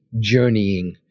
journeying